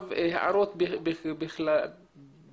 אוכלוסייה שסובלת בכל התחומים מהזנחה,